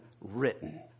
written